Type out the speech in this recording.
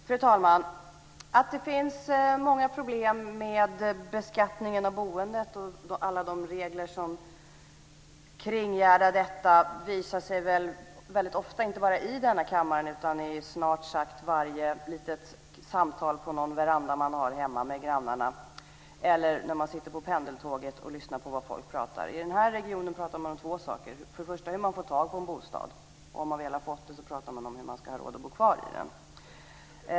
Fru talman! Att det finns många problem med beskattningen av boendet och alla de regler som kringgärdar detta visar sig väldigt ofta inte bara i denna kammare utan i snart sagt varje litet samtal på någon veranda med grannarna eller på pendeltåget när man lyssnar på vad människor pratar om. I denna region talar man om två saker, först och främst om hur man får tag på en bostad. Och om man väl har fått det så talar man om hur man ska ha råd att bo kvar i den.